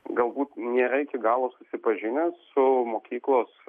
galbūt nėra iki galo susipažinę su mokyklos